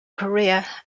career